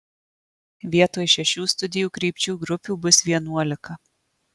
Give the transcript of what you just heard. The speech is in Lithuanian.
vietoj šešių studijų krypčių grupių bus vienuolika